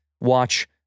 watch